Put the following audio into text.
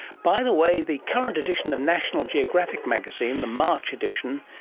by the way, the current edition of national geographic magazine, the march edition,